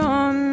on